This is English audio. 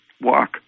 walk